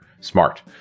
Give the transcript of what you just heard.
smart